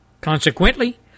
Consequently